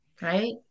Right